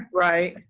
right?